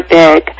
big